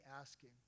asking